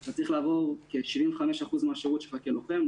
אתה צריך לעבור כ-75% מן השירות שלך כלוחם,